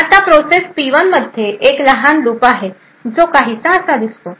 आता process P 1 मध्ये एक लहान लूप आहे जो काहीसा असा दिसतो